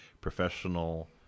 professional